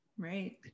right